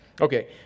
Okay